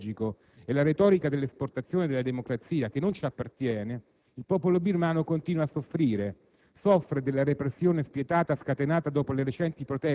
Stretto quindi da giochi d'interesse geopolitico e geostrategico e dalla retorica dell'esportazione della democrazia, che non ci appartiene, il popolo birmano continua a soffrire.